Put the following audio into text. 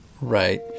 Right